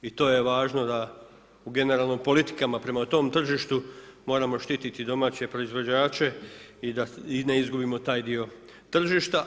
I to je važno da u generalnim politikama prema tom tržištu moramo štiti domaće proizvođače i da ne izgubimo taj dio tržišta.